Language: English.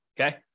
Okay